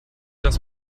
das